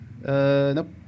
Nope